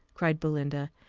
cried belinda.